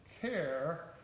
care